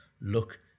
look